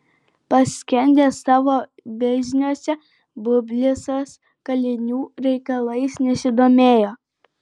paskendęs savo bizniuose bublicas kalinių reikalais nesidomėjo